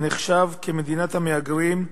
הנחשב למדינת המהגרים,